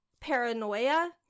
paranoia